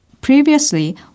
Previously